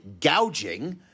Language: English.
gouging